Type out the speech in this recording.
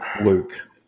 Luke